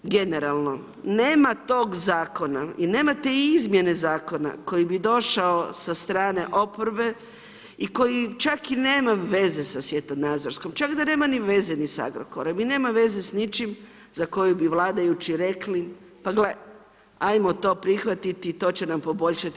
Generalno, nema tog zakona i nema te izmjene zakona koji bi došao sa strane oporbe i koji čak i nema veze sa svjetonazorskom, čak da nema ni veze ni s Agrokorom i nema veze s ničim za koji bi vladajući rekli, pa gle, ajmo to prihvatiti, to će nam poboljšati.